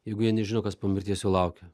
jeigu jie nežino kas po mirties jų laukia